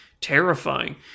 terrifying